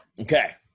Okay